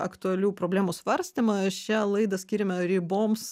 aktualių problemų svarstymą šią laidą skyrėme riboms